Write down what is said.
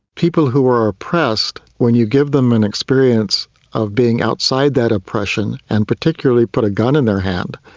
people who are oppressed, when you give them an experience of being outside that oppression and particularly put a gun in their hand,